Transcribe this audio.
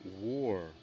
War